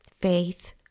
faith